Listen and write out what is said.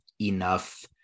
enough